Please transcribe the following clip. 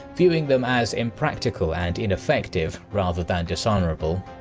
viewing them as impractical and ineffective, rather than dishonourable.